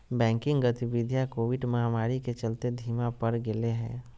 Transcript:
banking गतिवीधियां Covid महामारी के चलते धीमा पड़ गेले हें